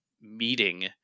meeting